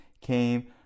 came